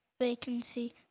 vacancy